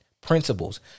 principles